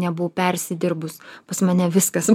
nebuvau persidirbus pas mane viskas